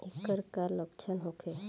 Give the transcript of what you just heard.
ऐकर का लक्षण होखे?